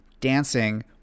dancing